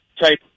type